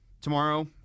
Tomorrow